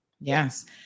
yes